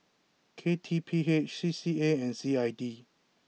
K T P H C C A and C I D